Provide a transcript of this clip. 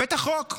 הבאת חוק.